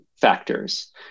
factors